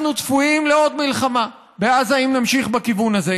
אנחנו צפויים לעוד מלחמה בעזה אם נמשיך בכיוון הזה,